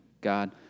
God